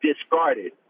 discarded